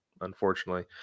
unfortunately